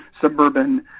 suburban